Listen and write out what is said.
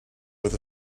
with